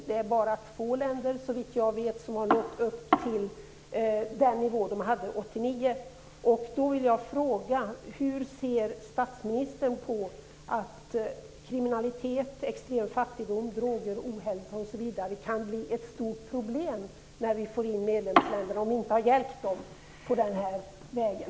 Det är bara två länder, såvitt jag vet, som har nått upp till den nivå de hade kan bli ett stort problem när vi får in nya medlemsländer och inte har hjälpt dem på den här vägen?